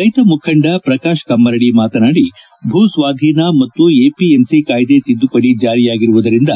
ರೈತ ಮುಖಂಡ ಪ್ರಕಾಶ್ ಕಮ್ನರಡಿ ಮಾತನಾಡಿ ಭೂ ಸ್ವಾಧೀನ ಮತ್ತು ಎಪಿಎಂಸಿ ಕಾಯ್ದೆ ತಿದ್ದುಪಡಿ ಜಾರಿಯಾಗಿರುವುದರಿಂದ